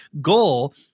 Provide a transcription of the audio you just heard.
goal